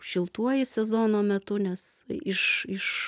šiltuoju sezono metu nes iš iš